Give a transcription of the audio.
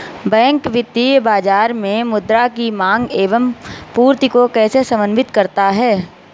Bank वित्तीय बाजार में मुद्रा की माँग एवं पूर्ति को कैसे समन्वित करता है?